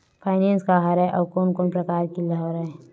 Finance का हरय आऊ कोन कोन प्रकार ले कराये जाथे?